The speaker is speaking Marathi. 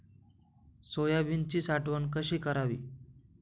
सोयाबीनची साठवण कशी करावी?